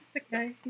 Okay